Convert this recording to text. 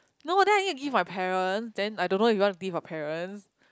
no but then I need to give my parent then I don't know if you want to give your parents